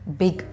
big